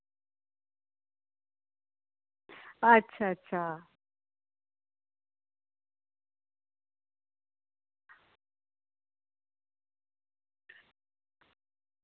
अच्छा अच्छा